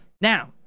Now